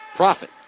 Profit